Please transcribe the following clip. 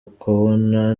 ukabona